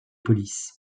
police